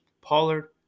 Pollard